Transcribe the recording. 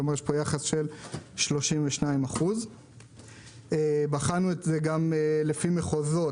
כלומר יש פה יחס של 32%. בחנו את זה גם לפי מחוזות,